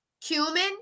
Cumin